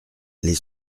les